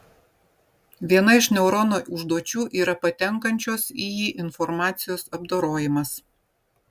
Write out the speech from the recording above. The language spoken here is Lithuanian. viena iš neurono užduočių yra patenkančios į jį informacijos apdorojimas